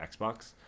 Xbox